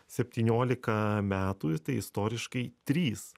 septyniolika metų tai istoriškai trys